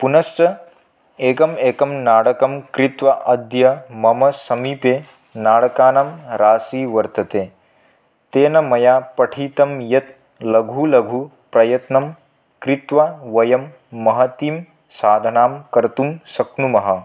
पुनश्च एकम् एकं नाणकं क्रीत्वा अद्य मम समीपे नाणकानां राशिः वर्तते तेन मया पठितं यत् लघु लघु प्रयत्नं कृत्वा वयं महती साधनां कर्तुं शक्नुमः